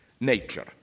nature